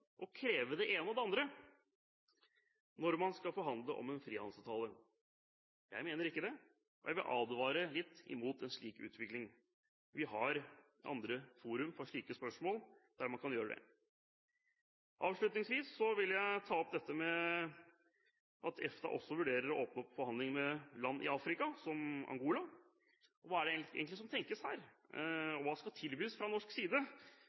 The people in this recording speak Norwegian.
kreve det ene og det andre når man skal forhandle om en frihandelsavtale? Jeg mener ikke det, og jeg vil advare litt imot en slik utvikling. Vi har andre fora for slike spørsmål der man kan gjøre det. Avslutningsvis vil jeg ta opp dette med at EFTA også vurderer å åpne opp forhandlinger med land i Afrika, som Angola. Hva er egentlig tanken her, og hva skal tilbys fra norsk side?